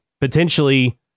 potentially